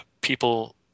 people